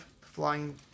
flying